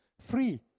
Free